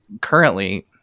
currently